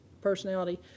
personality